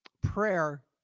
Prayer